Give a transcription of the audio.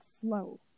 slow